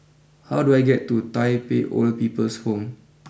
how do I get to Tai Pei Old People's Home